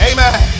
Amen